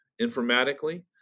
informatically